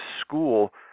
school